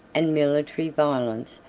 and military violence,